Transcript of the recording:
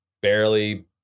barely